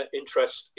interest